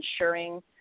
ensuring